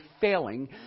failing